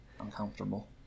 uncomfortable